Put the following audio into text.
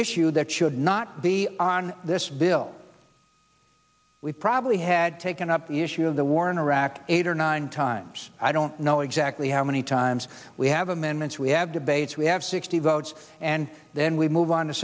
issue that should not be on this bill we probably had taken up the issue of the war in iraq eight or nine times i don't know exactly how many times we have amendments we have debates we have sixty votes and then we move on to